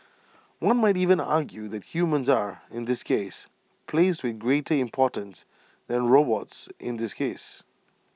one might even argue that humans are in this case placed with greater importance than robots in this case